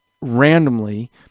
randomly